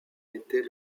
était